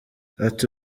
ati